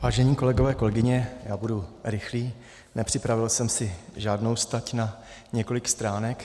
Vážení kolegové, kolegyně, budu rychlý, nepřipravil jsem si žádnou stať na několik stránek.